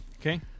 Okay